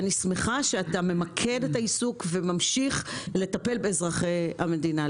אני שמחה שאתה ממקד את העיסוק וממשיך לטפל באזרחי המדינה.